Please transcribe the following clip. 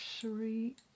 three